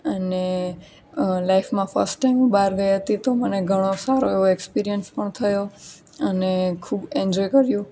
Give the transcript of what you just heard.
અને લાઇફમાં first time હું બહાર ગઈ હતી તો મને ઘણો સારો એવો એક્સપીરીયન્સ પણ થયો અને ખૂબ એન્જોય કર્યુ